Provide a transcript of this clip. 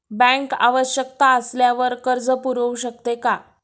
Bank आवश्यकता असल्यावर कर्ज पुरवू शकते का?